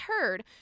heard